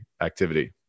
activity